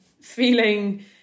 feeling